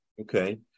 Okay